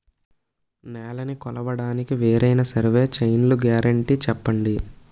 నేలనీ కొలవడానికి వేరైన సర్వే చైన్లు గ్యారంటీ చెప్పండి?